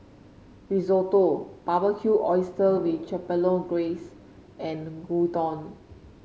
Risotto Barbecued Oysters with Chipotle Glaze and Gyudon